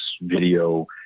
video